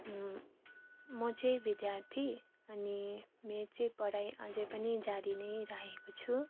म चाहिँ विद्यार्थी अनि मेरो चाहिँ पढाइ अझ पनि जारी नै राखेको छु